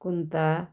कुंता